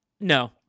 No